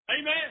Amen